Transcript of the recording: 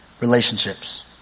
relationships